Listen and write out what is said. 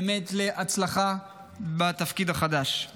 בהצלחה בתפקיד החדש.